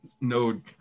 no